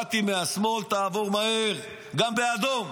באתי מהשמאל, תעבור מהר, גם באדום.